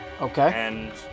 Okay